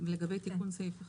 לגבי תיקון סעיף 1,